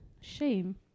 Shame